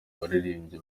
baririmbyi